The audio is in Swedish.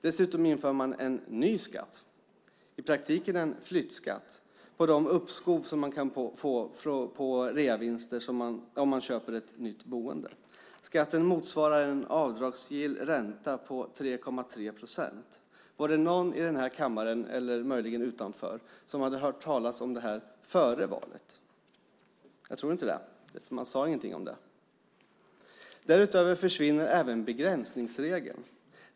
Dessutom införs en ny skatt, i praktiken en flyttskatt, på de uppskov som man kan få på reavinster om man köper en ny bostad. Skatten motsvarar en avdragsgill ränta på 3,3 procent. Var det någon i den här kammaren, eller möjligen utanför, som hörde talas om det här före valet? Jag tror inte det, för man sade ingenting om det. Därutöver försvinner begränsningsregeln.